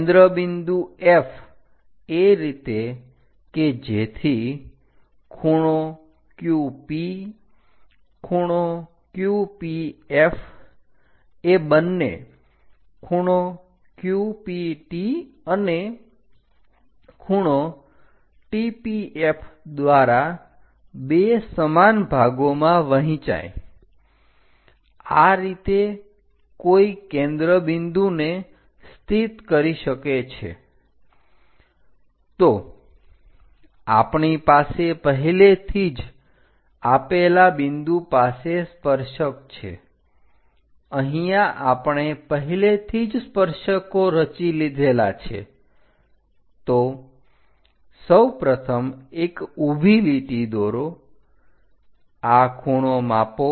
કેન્દ્ર બિંદુ F એ રીતે કે જેથી ∠Q P ∠Q P F એ બંને ∠Q P T અને ∠T P F દ્વારા બે સમાન ભાગોમાં વહેંચાય આ રીતે કોઈ કેન્દ્ર બિંદુને સ્થિત કરી શકે છે તો આપણી પાસે પહેલેથી જ આપેલા બિંદુ પાસે સ્પર્શક છે અહીંયા આપણે પહેલેથી જ સ્પર્શકો રચી લીધેલા છે તો સૌપ્રથમ એક ઊભી લીટી દોરો આ ખૂણો માપો